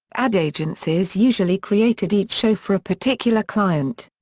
ad agencies usually created each show for a particular client.